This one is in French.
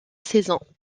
saison